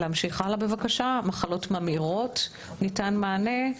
מחלות ממאירות ניתן מענה.